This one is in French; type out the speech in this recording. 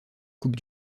coupe